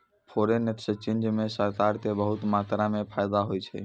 foreign exchange म सरकार क बहुत मात्रा म फायदा होय छै